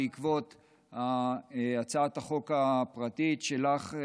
בעקבות הצעת החוק הפרטית שלך,